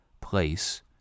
place